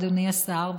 אדוני השר,